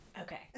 Okay